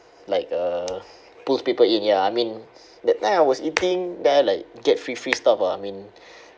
like uh pulls people in ya I mean that time I was eating then I like get free free stuff ah I mean